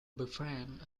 befriend